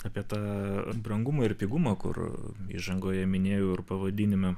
apie tą brangumą ir pigumą kur įžangoje minėjau ir pavadinime